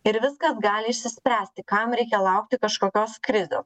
ir viskas gali išsispręsti kam reikia laukti kažkokios krizės